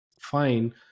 fine